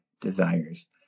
desires